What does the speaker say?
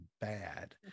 bad